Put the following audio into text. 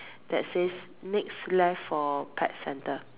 that says next left for pet centre